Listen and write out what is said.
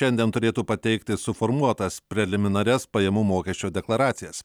šiandien turėtų pateikti suformuotas preliminarias pajamų mokesčio deklaracijas